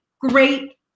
great